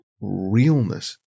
realness